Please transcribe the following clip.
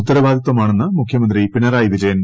ഉത്തരവാദിത്വമാണെന്ന് മുഖ്യമന്ത്രി പിണറായി വിജയൻ